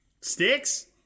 sticks